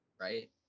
right